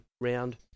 round